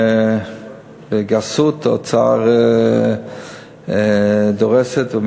ובגסות האוצר דורס את זה,